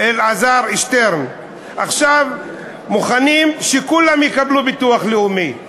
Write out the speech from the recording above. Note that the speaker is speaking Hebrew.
אלעזר שטרן מוכנים שכולם יקבלו ביטוח לאומי,